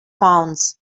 pounds